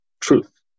truth